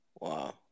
Wow